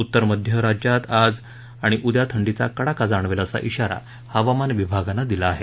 उत्तर मध्य राज्यात आज आणि उद्या थंडीचा कडाका जाणवेल असा इशारा हवामान विभागनं दिला आहे